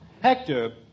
Hector